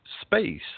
space